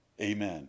Amen